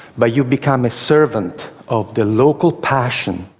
but you become a servant of the local passion.